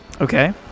Okay